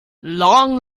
long